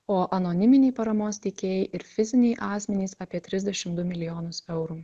o anoniminiai paramos teikėjai ir fiziniai asmenys apie trisdešim du milijonus eurų